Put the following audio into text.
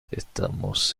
estamos